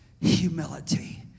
humility